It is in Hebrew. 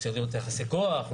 עם יחסי כוח,